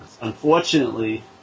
unfortunately